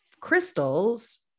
crystals